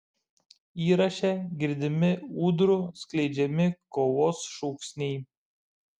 įraše girdimi ūdrų skleidžiami kovos šūksniai